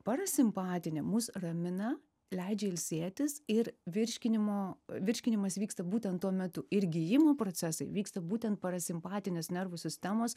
parasimpatinė mus ramina leidžia ilsėtis ir virškinimo virškinimas vyksta būtent tuo metu ir gijimo procesai vyksta būtent parasimpatinės nervų sistemos